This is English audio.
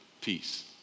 Peace